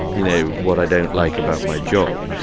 you know, what i don't like about my job.